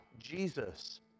Jesus